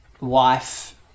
wife